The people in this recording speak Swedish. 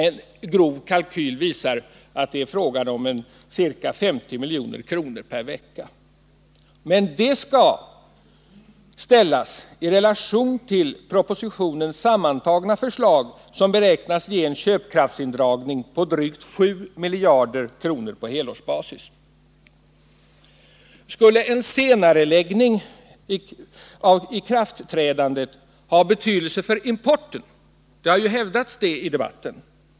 En grov kalkyl visar att det är fråga om ca 50 milj.kr. per vecka, men det skall ställas i relation till propositionens sammantagna förslag, som beräknas ge en köpkraftsindragning på drygt 7 miljarder kronor på helårsbasis. Skulle en senareläggning av ikraftträdandet ha betydelse för importen? Det har ju hävdats i debatten.